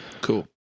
Cool